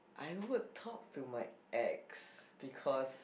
I would talk to my ex because